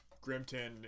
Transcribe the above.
Grimton